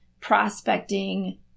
Prospecting